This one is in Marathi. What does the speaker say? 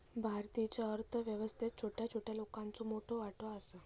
भारतीच्या अर्थ व्यवस्थेत छोट्या छोट्या लोकांचो मोठो वाटो आसा